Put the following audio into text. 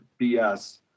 BS